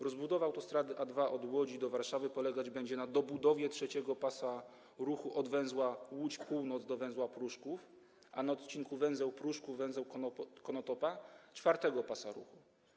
Rozbudowa autostrady A2 od Łodzi do Warszawy polegać będzie na dobudowie trzeciego pasa ruchu od węzła Łódź Północ do węzła Pruszków, a na odcinku węzeł Pruszków - węzeł Konotopa czwartego pasa ruchu.